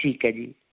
ਠੀਕ ਹੈ ਜੀ